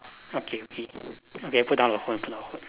okay okay okay I put down the phone too